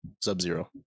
sub-zero